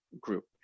group